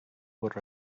what